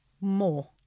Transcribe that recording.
more